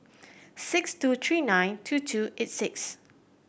six two three nine two two eight six